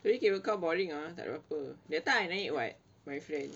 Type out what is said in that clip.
tapi cable car boring ah takde apa that time I naik what with my friend